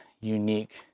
unique